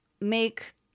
make